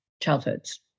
childhoods